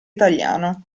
italiano